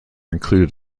included